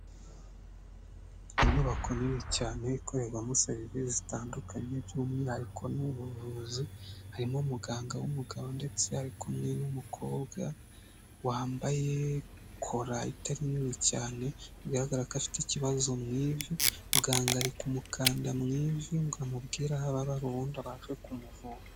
Inyubako nini cyane ikorerwamo serivisi zitandukanye by'umwihariko ni ubuvuzi, harimo umuganga w'umugabo ndetse ari kumwe n'umukobwa wambaye kora itari nini cyane bigaragara ko afite ikibazo mu ivi. Muganga ari kumukanda mu ivi ngo amubwire aho ababa ubundi abashe kumuvura.